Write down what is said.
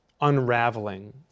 unraveling